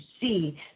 see